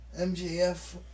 MJF